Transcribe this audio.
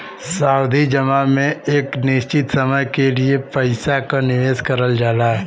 सावधि जमा में एक निश्चित समय के लिए पइसा क निवेश करल जाला